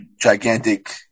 gigantic